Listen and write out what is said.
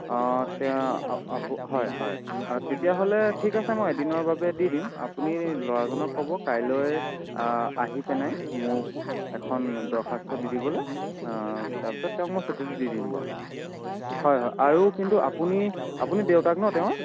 অঁ তেওঁৰ আপু হয় হয় তেতিয়াহ'লে ঠিক আছে মই এদিনৰ বাবে দি দিম আপুনি ল'ৰাজনক ক'ব কাইলৈ আহি পেনাই মোক এখন দৰখাস্ত দি দিবলৈ তাৰপিছত তেওঁক মই ছুটীটো দি দিম বাৰু হয় হয় আৰু কিন্তু আপুনি আপুনি দেউতাক ন তেওঁৰ